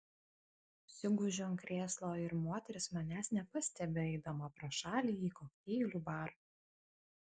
susigūžiu ant krėslo ir moteris manęs nepastebi eidama pro šalį į kokteilių barą